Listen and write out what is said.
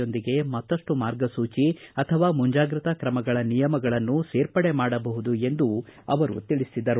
ಯೊಂದಿಗೆ ಮತ್ತಪ್ಪು ಮಾರ್ಗಸೂಚಿ ಅಥವಾ ಮುಂಜಾಗ್ರತಾ ತ್ರಮಗಳ ನಿಯಮಗಳನ್ನು ಸೇರ್ಪಡೆ ಮಾಡಬಹುದು ಎಂದು ಅವರು ತಿಳಿಸಿದರು